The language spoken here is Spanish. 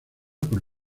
por